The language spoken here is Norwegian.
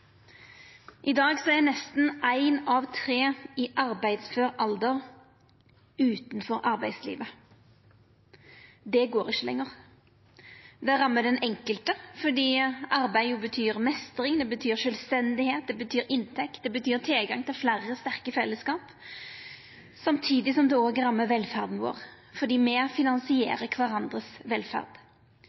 I dag er nesten ein av tre i arbeidsfør alder utanfor arbeidslivet. Det går ikkje lenger. Det rammar den enkelte fordi arbeid betyr meistring, det betyr sjølvstende, det betyr inntekt, det betyr tilgang til fleire sterke fellesskap, samtidig som det også rammar velferda vår, for me er med og finansierer